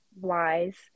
wise